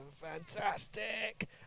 Fantastic